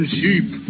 sheep